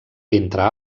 entre